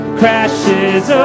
crashes